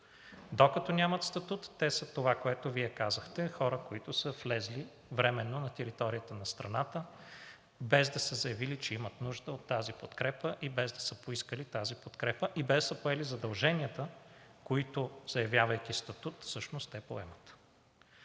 Докато нямат статут, те са това, което Вие казахте – хора, които са влезли временно на територията на страната, без да са заявили, че имат нужда от тази подкрепа и без да са поискали тази подкрепа, и без да са поели задълженията, които, заявявайки статут, всъщност те поемат.